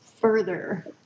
further